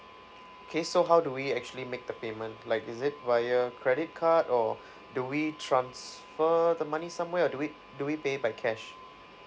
K so how do we actually make the payment like is it via credit card or do we transfer the money somewhere or do we do we pay it by cash